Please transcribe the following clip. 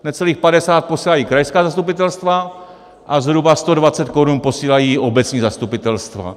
Necelých 50 posílají krajská zastupitelstva a zhruba 120 korun posílají obecní zastupitelstva.